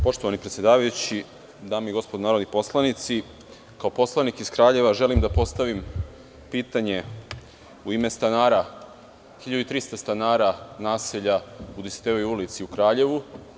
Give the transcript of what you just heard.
Poštovani predsedavajući, dame i gospodo narodni poslanici, kao poslanik iz Kraljeva želim da postavim pitanje u ime 1300 stanara naselja u Dositejevoj ulici u Kraljevu.